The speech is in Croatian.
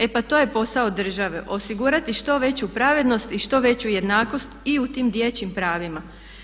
E pa to je posao države osigurati što veću pravednost i što veću jednakost i u tim dječjim pravima.